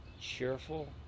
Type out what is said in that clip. Cheerful